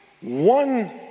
One